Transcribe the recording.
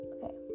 Okay